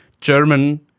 German